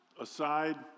aside